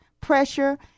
pressure